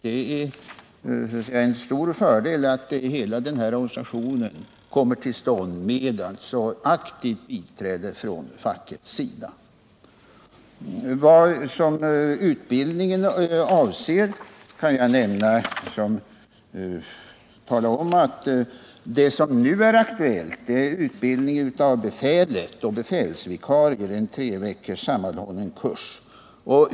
Det är en stor fördel att hela denna organisation kommer till stånd med aktivt biträde från fackets sida. Vad avser utbildningen kan jag tala om att det som nu är aktuellt är utbildning av befäl och befälsvikarier — en tre veckors sammanhållen kurs.